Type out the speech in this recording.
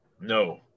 No